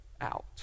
out